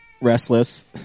restless